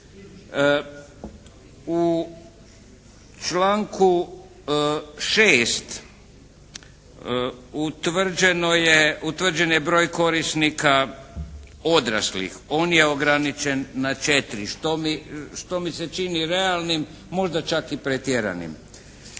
U članku 6. utvrđen je broj korisnika odraslih. On je ograničen na 4 što mi se čini realnim, možda čak i pretjeranim.